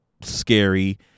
scary